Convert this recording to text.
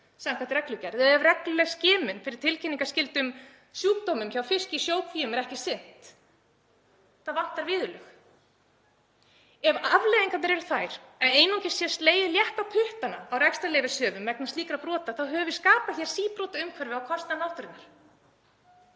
samkvæmt reglugerð eða ef reglulegri skimun fyrir tilkynningarskyldum sjúkdómum í fiski í sjókvíum er ekki sinnt. Það vantar viðurlög. Ef afleiðingarnar eru þær að einungis er slegið létt á puttana á rekstrarleyfishöfum vegna slíkra brota þá höfum við skapað síbrotaumhverfi á kostnað náttúrunnar.